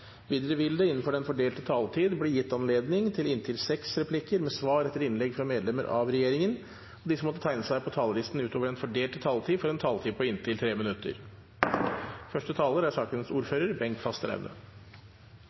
Videre vil det – innenfor den fordelte taletid – bli gitt anledning til inntil seks replikker med svar etter innlegg fra medlemmer av regjeringen, og de som måtte tegne seg på talerlisten utover den fordelte taletid, får en taletid på inntil 3 minutter.